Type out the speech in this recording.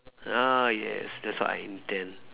ah yes that's what I intend